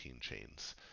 chains